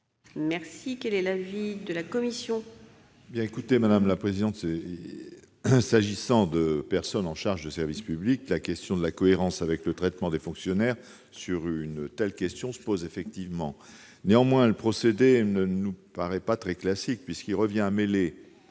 sociaux. Quel est l'avis de la commission ?